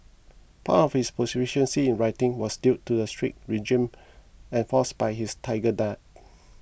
part of his proficiency in writing was due to the strict regime enforced by his tiger dad